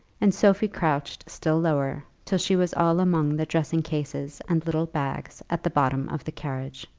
and sophie crouched still lower, till she was all among the dressing-cases and little bags at the bottom of the carriage.